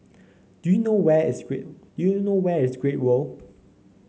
do you know where is great do you know where is Great World